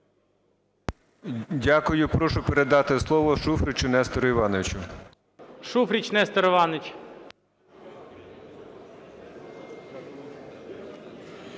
Дякую. Прошу передати слово Шуфричу Нестору Івановичу. ГОЛОВУЮЧИЙ. Шуфрич Нестор Іванович.